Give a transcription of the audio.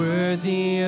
Worthy